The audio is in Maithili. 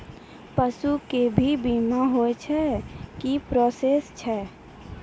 पसु के भी बीमा होय छै, की प्रोसेस छै?